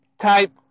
type